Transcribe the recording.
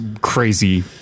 crazy